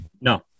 No